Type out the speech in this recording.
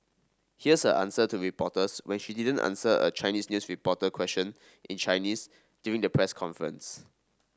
here's her answer to reporters when she didn't answer a Chinese news reporter question in Chinese during the press conference